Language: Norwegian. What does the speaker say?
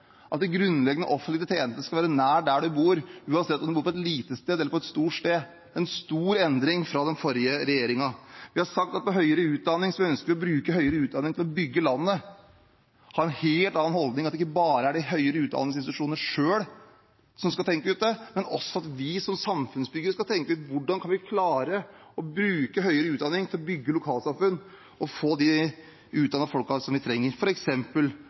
stor endring fra den forrige regjeringen. Vi har sagt at vi ønsker å bruke høyere utdanning til å bygge landet, vi har en helt annen holdning. Det er ikke bare de høyere utdanningsinstitusjonene selv som skal tenke det ut, men også vi som samfunnsbyggere skal tenke ut hvordan man kan klare å bruke høyere utdanning til å bygge lokalsamfunn og få de utdannede folkene vi trenger,